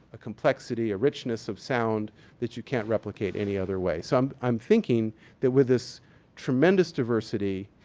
a complexity, a richness of sound that you can't replicate any other way. so, i'm thinking that with this tremendous diversity,